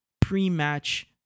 pre-match